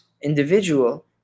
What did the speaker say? individual